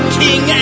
king